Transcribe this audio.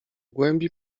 głębi